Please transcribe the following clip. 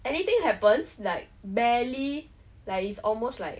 anything happens like barely like it's almost like